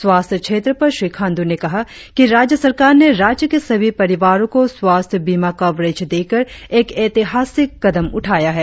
स्वास्थ्य क्षेत्र पर श्री खाण्ड्र ने कहा कि राज्य सरकार ने राज्य के सभी परिवारों को स्वास्थ्य बीमा कवरेज देकर एक एतिहासिक कदम उठाया है